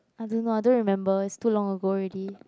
I don't know I don't remember it's too long ago already